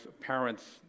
parents